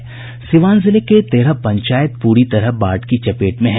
वहीं सीवान जिले के तेरह पंचायत पूरी तरह बाढ़ की चपेट में हैं